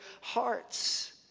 hearts